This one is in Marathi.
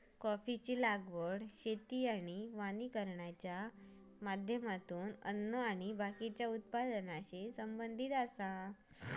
कॉफीची लागवड शेती आणि वानिकरणाच्या माध्यमातून अन्न आणि बाकीच्या उत्पादनाशी संबंधित आसा